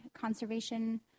conservation